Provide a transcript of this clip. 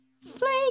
flake